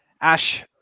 Ash